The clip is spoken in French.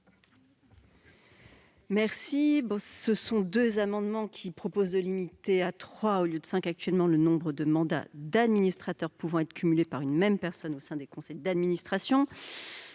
? Ces deux amendements tendent à limiter à trois, au lieu de cinq actuellement, le nombre de mandats d'administrateur pouvant être cumulés par une même personne au sein des conseils d'administration.